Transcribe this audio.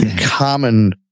common